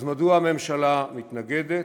אז מדוע הממשלה מתנגדת?